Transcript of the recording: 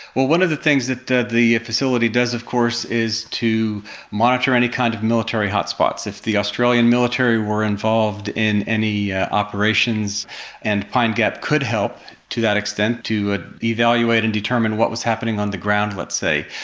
well, one of the things the the facility does of course is to monitor any kind of military hot spots. if the australian military were involved in any operations and pine gap could help to that extent to ah evaluate and determine what was happening on the ground, let's say,